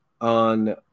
on